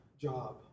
job